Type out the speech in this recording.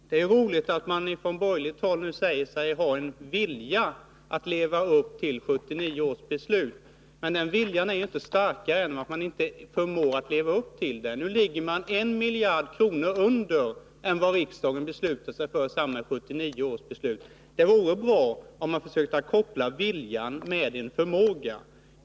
Herr talman! Det är roligt att höra att man från borgerligt håll nu säger sig ha en vilja att leva upp till 1979 års beslut. Men den viljan är inte så stark att man förmår leva upp till den. Nu ligger man 1 miljard kronor under det belopp som riksdagen beslöt år 1979. Det vore alltså bra om man försökte koppla viljan till förmågan.